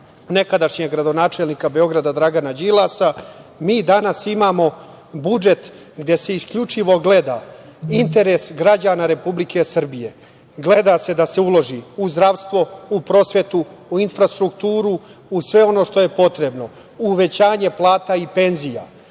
nekadašnjeg gradonačelnika Beograda Dragana Đilasa. Mi danas imamo budžet gde se isključivo gleda interes građana Republike Srbije. Gleda se da se uloži u zdravstvo, u prosvetu, u infrastrukturu, u sve ono što je potrebno, uvećanje plata i penzije.